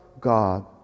God